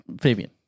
Fabian